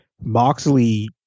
moxley